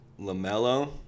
LaMelo